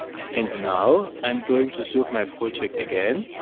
and now i'm going to serve my project again.